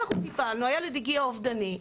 אנחנו טיפלנו, הילד הגיע אובדני.